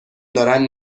دارن